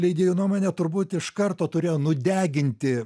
leidėjų nuomone turbūt iš karto turėjo nudeginti